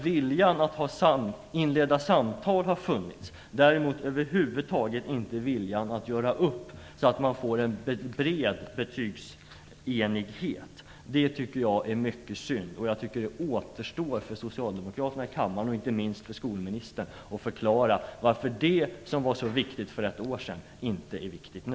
Viljan att inleda samtal har funnits, däremot över huvud taget inte viljan att göra upp, så att man får en bred betygsenighet. Jag tycker att det är mycket synd. Jag tycker att det återstår för socialdemokraterna i kammaren och inte minst för skolministern att förklara varför det som var så viktigt för ett år sedan inte är viktigt nu.